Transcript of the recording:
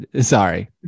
sorry